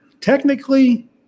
technically